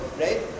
right